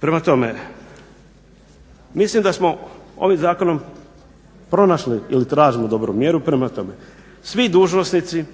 Prema tome, mislim da smo ovim zakonom pronašli ili tražili dobru mjeru, prema tome svi dužnosnici